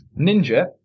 ninja